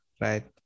right